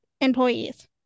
employees